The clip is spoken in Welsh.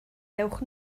dewch